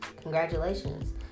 Congratulations